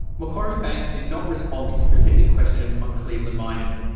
macquarie bank did not respond to specific questions on cleveland mining.